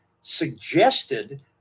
suggested